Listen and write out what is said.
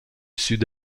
sud